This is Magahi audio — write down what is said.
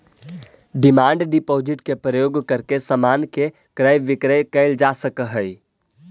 डिमांड डिपॉजिट के प्रयोग करके समान के क्रय विक्रय कैल जा सकऽ हई